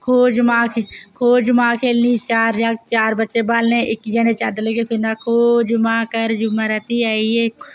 खोह् जुम्मा खोह् जुम्मा खेल्लनी चार जागत् चार जगत् ब्हालने ते इक्क जनें चादर लेइयै फिरना खोह् जुम्मा रात कर जुम्मे रात आई ऐ